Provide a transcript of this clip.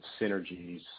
synergies